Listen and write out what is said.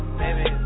baby